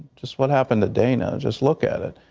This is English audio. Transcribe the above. just what happened to dana, just look at it.